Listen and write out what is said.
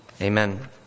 Amen